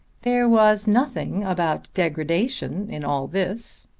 there was nothing about degradation in all this.